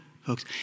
folks